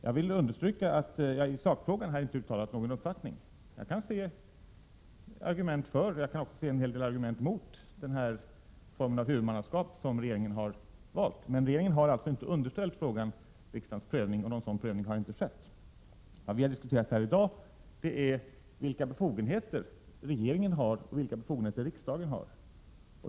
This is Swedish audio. Jag vill understryka att jag i sakfrågan inte har uttalat någon uppfattning. Jag kan se argument för och också en hel del argument emot den form av huvudmannaskap som regeringen har valt, men regeringen har alltså inte underställt frågan riksdagens prövning, och någon sådan prövning har inte heller skett. Vad vi diskuterat här i dag är vilka befogenheter regeringen resp. riksdagen har.